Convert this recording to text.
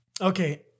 Okay